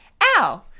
ow